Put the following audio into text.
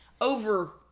over